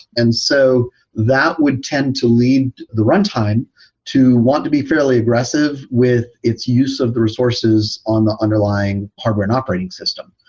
and so that would tend to lead the runtime to want to be fairly aggressive with its use of the resources on the underlying harbor and operating system.